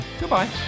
Goodbye